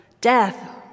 death